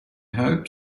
hope